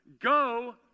go